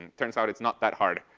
and turns out it's not that hard.